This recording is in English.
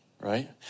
Right